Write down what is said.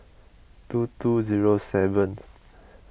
two two zero seventh